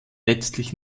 letztlich